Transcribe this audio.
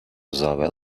زابه